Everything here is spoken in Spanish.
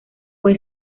fue